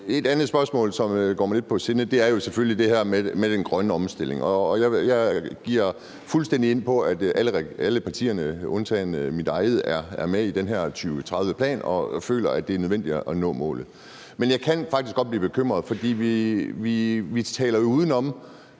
Et andet spørgsmål, som jeg har lidt på sinde, er selvfølgelig det her med den grønne omstilling. Jeg er fuldstændig med på, at alle partierne undtagen mit eget er med i den her 2030-plan og føler, at det er nødvendigt at nå målet. Men jeg kan faktisk godt blive bekymret, for vi taler jo uden om,